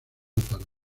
tarde